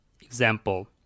example